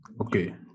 Okay